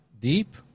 deep